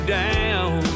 down